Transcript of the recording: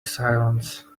silence